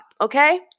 okay